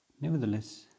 nevertheless